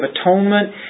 Atonement